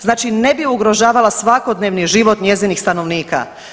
Znači ne bi ugrožavala svakodnevni život njezinih stanovnika.